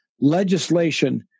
legislation